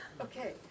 Okay